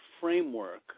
framework